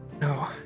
no